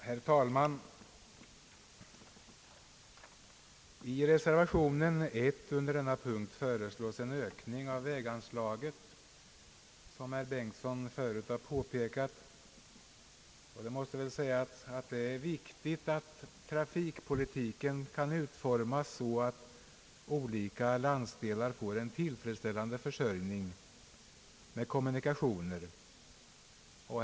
Herr talman. I reservation a under denna punkt föreslås, som herr Bengtson förut påpekat, en ökning av väganslagen. Det måste väl också sägas att det är viktigt att trafikpolitiken utformas så att olika landsdelar får en tillfredsställande försörjning med kommunikationer.